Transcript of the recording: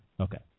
Okay